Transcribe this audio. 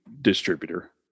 distributor